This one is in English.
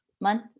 month